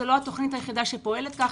זו לא התוכנית היחידה שפועלת כך,